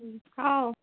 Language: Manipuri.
ꯎꯝ ꯍꯥꯎ